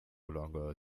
longer